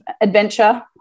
adventure